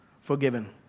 forgiven